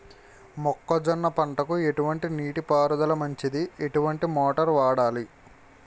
మొక్కజొన్న పంటకు ఎటువంటి నీటి పారుదల మంచిది? ఎటువంటి మోటార్ వాడాలి?